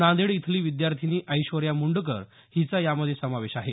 नांदेड इथली विद्यार्थिनी ऐश्वर्या मुंडकर हिचा यामध्ये समावेश आहे